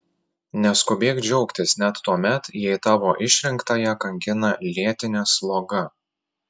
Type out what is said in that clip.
neskubėk džiaugtis net tuomet jei tavo išrinktąją kankina lėtinė sloga